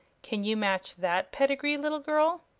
can you match that pedigree, little girl?